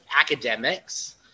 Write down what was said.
academics